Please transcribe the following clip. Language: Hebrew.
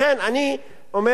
לכן אני אומר,